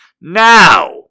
Now